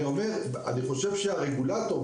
אני חושב שהרגולטור,